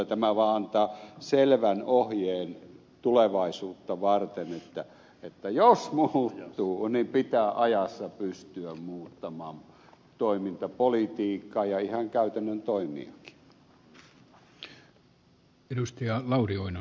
tämä vaan antaa selvän ohjeen tulevaisuutta varten että jos tilanne muuttuu niin pitää ajassa pystyä muuttamaan toimintapolitiikkaa ja ihan käytännön toimiakin